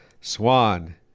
Swan